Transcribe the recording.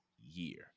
year